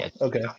okay